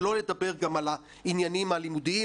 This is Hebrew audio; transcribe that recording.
שלא לדבר על העניינים הלימודיים,